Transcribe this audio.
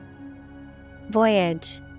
Voyage